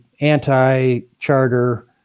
anti-charter